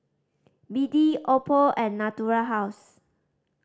B D Oppo and Natura House